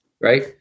right